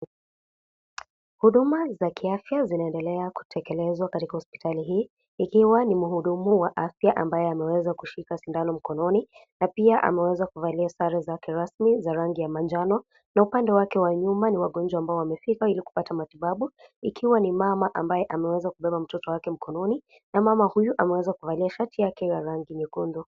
Huduma za kiafya zinaendelea kutekelezwa katika hospitali hii, ikiwa ni muhudumu wa afya ambaye ameweza kushika sindano mkononi, na pia ameweza kuvalia sare zake rasmi za rangi ya manjano, na upande wake wa nyuma ni wagonjwa ambao wamefika ili kupata matibabu, ikiwa ni mama ambaye ameweza kubeba mtoto wake mkononi, na mama huyu ameweza kuvalia shati yake ya rangi nyekundu.